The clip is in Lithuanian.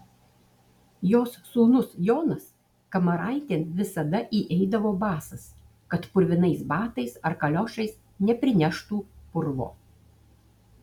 jos sūnus jonas kamaraitėn visada įeidavo basas kad purvinais batais ar kaliošais neprineštų purvo